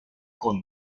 con